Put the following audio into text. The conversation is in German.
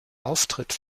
auftritt